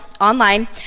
online